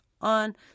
on